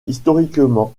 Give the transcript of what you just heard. historiquement